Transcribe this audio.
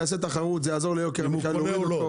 יעזור ליוקר המחיה.